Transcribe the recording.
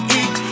eat